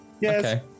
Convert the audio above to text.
Yes